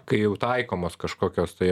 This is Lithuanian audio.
kai jau taikomos kažkokios tai